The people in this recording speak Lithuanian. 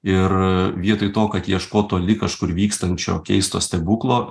ir vietoj to kad ieškot toli kažkur vykstančio keisto stebuklo